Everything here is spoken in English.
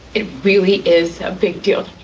it really is a big deal.